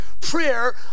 prayer